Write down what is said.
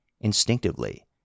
instinctively